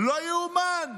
לא ייאמן.